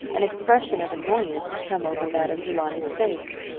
an expression of annoyance had come over madame du launy's face.